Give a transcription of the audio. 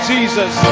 Jesus